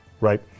right